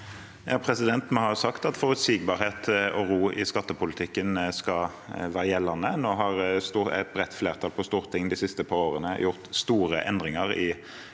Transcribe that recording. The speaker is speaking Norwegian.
(A) Vi har sagt at forutsig- barhet og ro rundt skattepolitikken skal være gjeldende. Nå har et bredt flertall på Stortinget de siste par årene gjort store endringer i skattesystemet